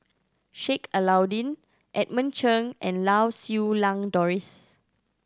Sheik Alau'ddin Edmund Cheng and Lau Siew Lang Doris